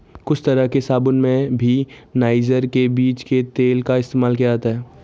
कुछ तरह के साबून में भी नाइजर के बीज के तेल का इस्तेमाल किया जाता है